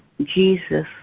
Jesus